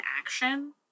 action